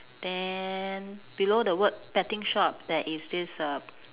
then below the word betting shop there is this err